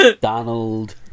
Donald